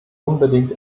unbedingt